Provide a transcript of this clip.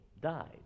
died